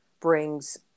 brings